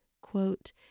Quote